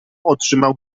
otrzymał